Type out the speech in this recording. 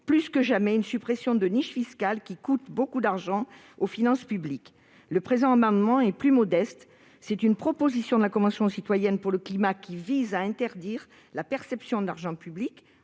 plus que jamais la suppression de cette niche fiscale, qui coûte beaucoup d'argent aux finances publiques. Le présent amendement est plus modeste. Il vise à reprendre une proposition de la Convention citoyenne pour le climat qui tend à interdire la perception de l'argent public